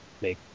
make